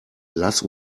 lass